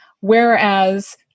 whereas